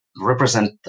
represent